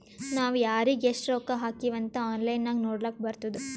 ನಾವ್ ಯಾರಿಗ್ ಎಷ್ಟ ರೊಕ್ಕಾ ಹಾಕಿವ್ ಅಂತ್ ಆನ್ಲೈನ್ ನಾಗ್ ನೋಡ್ಲಕ್ ಬರ್ತುದ್